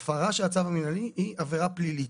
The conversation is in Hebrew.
הפרה של הצו המנהלי היא עבירה פלילית,